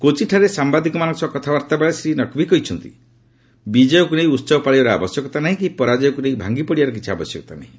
କୋଚିଠାରେ ସାମ୍ଭାଦିକମାନଙ୍କ ସହ କଥାବାର୍ତ୍ତାରେ ବେଳେ ଶ୍ରୀନକ୍ବୀ କହିଛନ୍ତି ବିଜୟକୁ ନେଇ ଉତ୍ସବ ପାଳିବାର ଆବଶ୍ୟକତା ନାହିଁ କି ପରାଜୟକୁ ନେଇ ଭାଙ୍ଗିପଡ଼ିବାର କିଛି ଆବଶ୍ୟକ ନାହିଁ